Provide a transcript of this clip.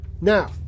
Now